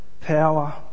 Power